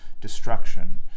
destruction